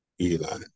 Eli